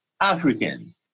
African